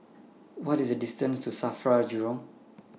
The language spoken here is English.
What IS The distance to SAFRA Jurong